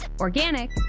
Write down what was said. organic